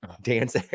dance